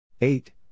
Eight